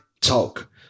talk